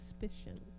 suspicion